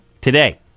today